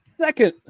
Second